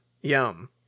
yum